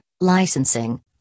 licensing